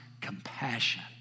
compassion